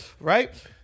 Right